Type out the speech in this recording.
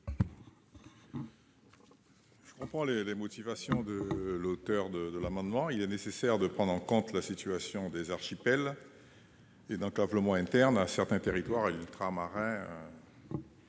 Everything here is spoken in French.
Je comprends les motivations des auteurs de cet amendement. Il est nécessaire de prendre en compte la situation des archipels et l'enclavement interne de certains territoires ultramarins.